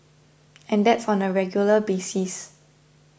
and that's on a regular basis